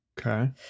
Okay